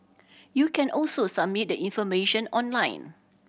you can also submit the information online